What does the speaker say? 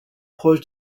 proche